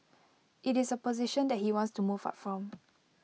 IT is A position that he wants to move up from